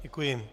Děkuji.